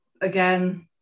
again